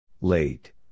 Late